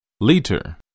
liter